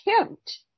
attempt